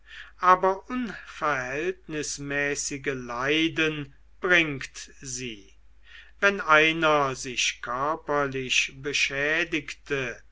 aber unverhältnismäßige leiden bringt sie wenn einer sich körperlich beschädigte